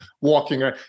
walking